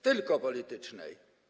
Tylko politycznej.